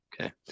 Okay